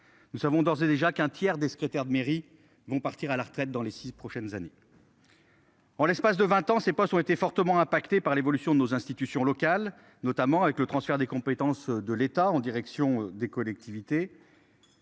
Nous avons d'ores et déjà qu'un tiers des secrétaires de mairie vont partir à la retraite dans les 6 prochaines années. En l'espace de 20 ans c'est pas son été fortement impactée par l'évolution de nos institutions locales notamment avec le transfert des compétences de l'État en direction des collectivités.